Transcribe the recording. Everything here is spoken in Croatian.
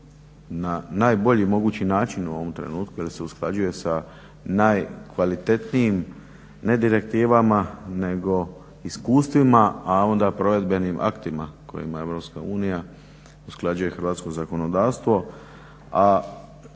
na najbolji mogući način u ovom trenutku jer se usklađuje sa najkvalitetnijim ne direktivama nego iskustvima, a onda provedbenim aktima kojima Europska unija usklađuje hrvatsko zakonodavstvo.